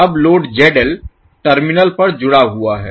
अब load ZL terminal पर जुड़ा हुआ है